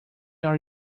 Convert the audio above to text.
are